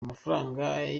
amafaranga